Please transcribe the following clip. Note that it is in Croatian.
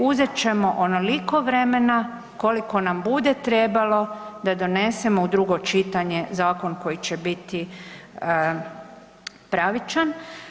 Uzet ćemo onoliko vremena koliko nam bude trebalo da donesemo u drugo čitanje zakon koji će biti pravičan.